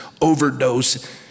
overdose